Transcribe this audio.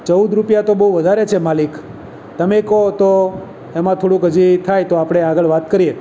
ચૌદ રૂપિયા તો બહુ વધારે છે માલિક તમે કહો તો એમાં થોડુંક હજી થાય તો આપણે આગળ વાત કરીએ